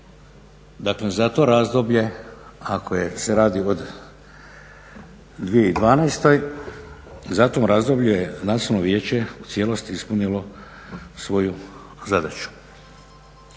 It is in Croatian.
dakle za to razdoblje ako se radi od 2012. u tom razdoblju je Nacionalno vijeće u cijelosti ispunilo svoju zadaću.